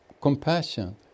compassion